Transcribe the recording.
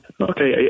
Okay